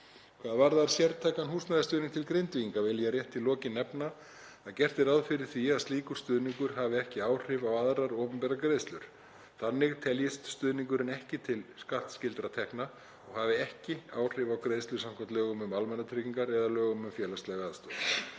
Hvað varðar sértækan húsnæðisstuðning til Grindvíkinga vil ég rétt í lokin nefna að gert er ráð fyrir því að slíkur stuðningur hafi ekki áhrif á aðrar opinberar greiðslur. Þannig teljist stuðningurinn ekki til skattskyldra tekna og hafi ekki áhrif á greiðslur samkvæmt lögum um almannatryggingar eða lögum um félagslega aðstoð.